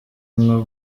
nko